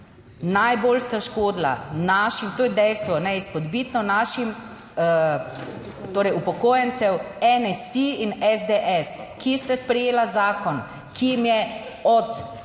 najbolj sta škodila našim, to je dejstvo, neizpodbitno našim torej upokojencem NSi in SDS, ki sta sprejela zakon, ki jim je od